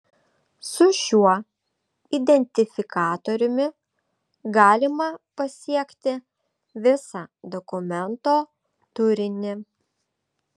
su šiuo identifikatoriumi galima pasiekti visą dokumento turinį